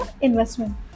Investment